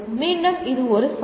மீண்டும் இது ஒரு சவால்